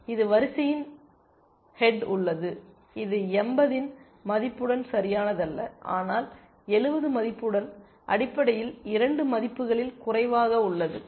இது வரிசையின் ஹெட் உள்ளது இது 80இன் மதிப்புடன் சரியானதல்ல ஆனால் 70 மதிப்புடன் அடிப்படையில் 2 மதிப்புகளில் குறைவாக உள்ளது